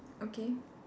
okay